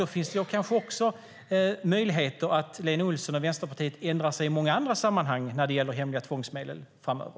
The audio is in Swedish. Då finns det kanske också möjligheter att Lena Olsson och Vänsterpartiet ändrar sig i många andra sammanhang när det gäller hemliga tvångsmedel framöver.